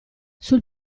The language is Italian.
sul